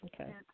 Okay